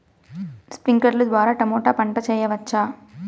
స్ప్రింక్లర్లు ద్వారా టమోటా పంట చేయవచ్చా?